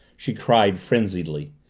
she cried frenziedly.